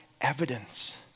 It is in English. evidence